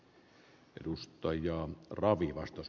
arvoisa herra puhemies